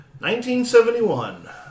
1971